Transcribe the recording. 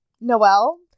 noel